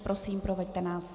Prosím, proveďte nás.